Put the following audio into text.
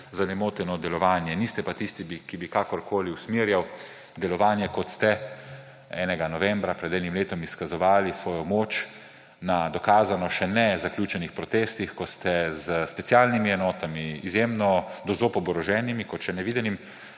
za nemoteno delovanje. Niste pa tisti, ki bi kakorkoli usmerjali delovanje, kot ste nekega novembra pred enim letom izkazovali svojo moč na dokazano še ne zaključenih protestih, ko ste s specialnimi enotami, izjemno do zob oboroženimi, kot še nevidenim,